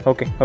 Okay